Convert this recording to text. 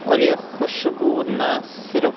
اور یہ خوشبو نہ صرف